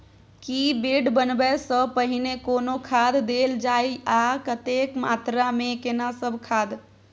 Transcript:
की bed बनबै सॅ पहिने कोनो खाद देल जाय आ कतेक मात्रा मे केना सब खाद?